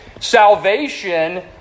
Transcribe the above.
Salvation